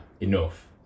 enough